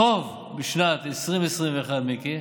החוב בשנת 2021, מיקי,